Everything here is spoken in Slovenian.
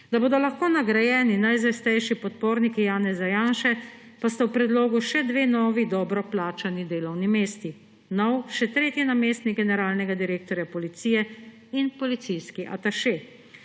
Da bodo lahko nagrajeni najzvestejši podporniki Janeza Janše, pa sta v predlogu še dve novi dobro plačani delovni mesti: nov, še tretji, namestnik generalnega direktorja policije in policijski ataše.